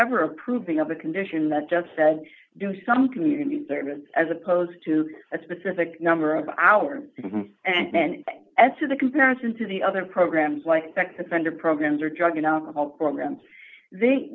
ever approving of a condition that just said do some community service as opposed to a specific number of hours and then as to the comparison to the other programs like sex offender programs or drug and alcohol programs the